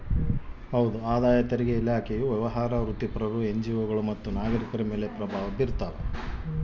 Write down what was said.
ಆದಾಯ ತೆರಿಗೆ ಇಲಾಖೆಯು ವ್ಯವಹಾರ ವೃತ್ತಿಪರರು ಎನ್ಜಿಒಗಳು ಮತ್ತು ನಾಗರಿಕರ ಮೇಲೆ ಪ್ರಭಾವ ಬೀರ್ತಾವ